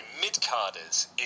mid-carders